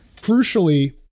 crucially